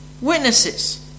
witnesses